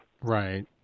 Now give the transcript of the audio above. Right